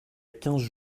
quinze